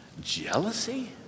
jealousy